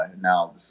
now